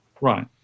Right